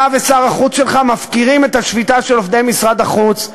אתה ושר החוץ שלך מפקירים את השביתה של עובדי משרד החוץ,